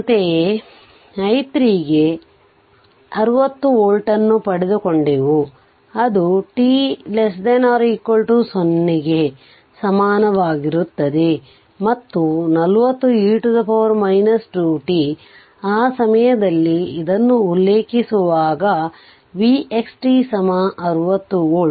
ಅಂತೆಯೇ i 3 ಗೆ 60V ಅನ್ನು ಪಡೆದುಕೊಂಡೆವು ಅದು t 0 ಗೆ ಸಮನಾಗಿರುತ್ತದೆ ಮತ್ತು 40 e 2t ಆ ಸಮಯದಲ್ಲಿ ಇದನ್ನು ಉಲ್ಲೇಖಿಸುವಾಗ vxt 60v